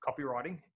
copywriting